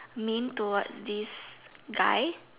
mean towards this guy